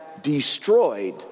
destroyed